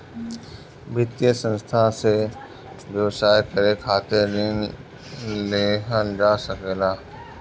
वित्तीय संस्था से व्यवसाय करे खातिर ऋण लेहल जा सकेला